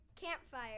campfire